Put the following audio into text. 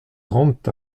rendent